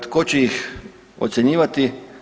Tko će ih ocjenjivati?